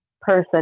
person